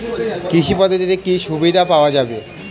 কৃষি পদ্ধতিতে কি কি সুবিধা পাওয়া যাবে?